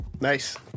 nice